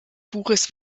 buches